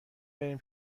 بریم